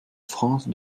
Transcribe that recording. france